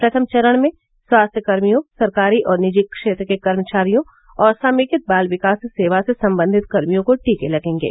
प्रथम चरण में स्वास्थ्यकर्मियों सरकारी और निजी क्षेत्र के कर्मचारियों और समेकित बाल विकास सेवा से संबंधित कर्मियों को टीके लगेंगे